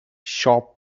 sharp